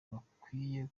bakwiye